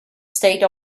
state